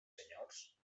senyors